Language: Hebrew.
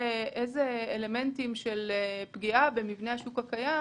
איזה אלמנטים של פגיעה במבנה השוק הקיים